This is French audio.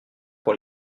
pour